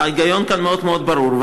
וההיגיון כאן מאוד מאוד ברור, תודה רבה.